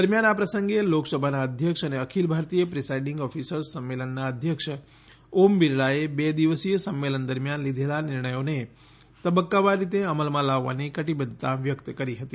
દરમ્યાન આ પ્રસંગે લોકસભાનાં અધ્યક્ષ અને અખિલ ભારતીય પ્રિસાઈન્ડિંગ ઓફિસર્સ સંમેલનનાં અધ્યક્ષ ઓમ બિરલાએ બે દિવસીય સંમેલન દરમ્યાન લીધેલા નિર્ણયોને તબક્કાવાર રીતે અમલમાં લાવવાની કટિબધ્ધતા વ્યકત કરી હતી